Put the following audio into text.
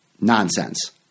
nonsense